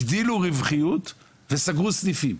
הגדילו רווחיות וסגרו סניפים,